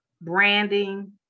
branding